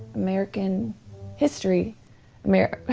american history you're